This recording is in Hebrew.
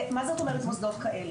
מה זאת אומרת מוסדות כאלה?